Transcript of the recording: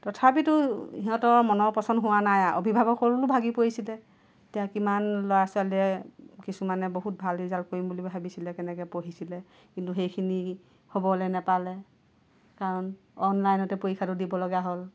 তথাপিতো সিহঁতৰ মনৰ পচন্দ হোৱা নাই আৰু অভিভাৱকসকলেও ভাগি পৰিছিলে এতিয়া কিমান ল'ৰা ছোৱালীয়ে কিছুমানে বহুত ভাল ৰিজাল্ট কৰিম বুলি ভাবিছিলে কেনেকৈ পঢ়িছিলে কিন্তু সেইখিনি হ'বলৈ নেপালে কাৰণ অনলাইনতে পৰীক্ষাটো দিব লগা হ'ল